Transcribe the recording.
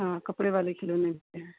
हाँ कपड़े वाले खिलौने भी हैं